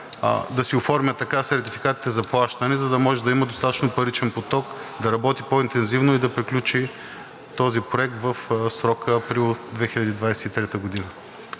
да си оформя така сертификатите за плащане, за да може да има достатъчно паричен поток, да работи по-интензивно и да приключи този проект в срока април 2023 г.